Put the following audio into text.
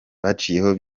baciye